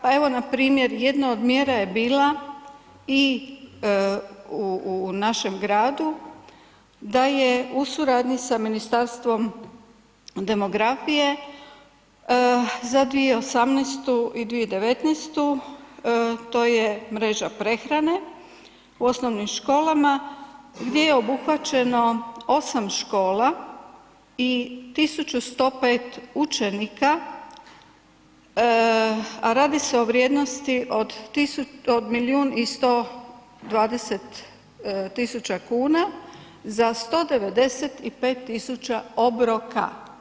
Pa evo npr. jedna od mjera je bila i u našem gradu da je u suradnji sa Ministarstvom demografije za 2018. i 2019. to je mreža prehrane u osnovnim školama gdje je obuhvaćeno 8 škola i tisuću 105 učenika, a radi se o vrijednosti od milijun i 120 tisuća kuna za 195 tisuća obroka.